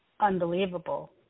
unbelievable